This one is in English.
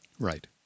Right